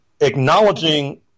acknowledging